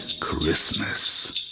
Christmas